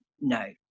no